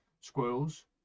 squirrels